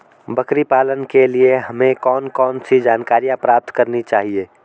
बकरी पालन के लिए हमें कौन कौन सी जानकारियां प्राप्त करनी चाहिए?